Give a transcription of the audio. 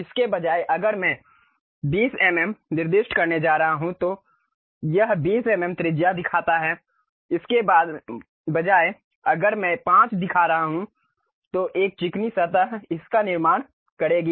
इसके बजाय अगर मैं 20 ऍम ऍम निर्दिष्ट करने जा रहा हूं तो यह 20 एमएम त्रिज्या दिखाता है इसके बजाय अगर मैं 5 दिखा रहा हूं तो एक चिकनी सतह इसका निर्माण करेगी